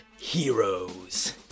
heroes